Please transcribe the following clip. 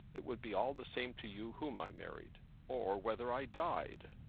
it would be all the same to you whom i married or whether i died.